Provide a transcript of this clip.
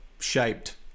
shaped